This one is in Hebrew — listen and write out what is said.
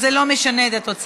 אז זה לא משנה את התוצאה.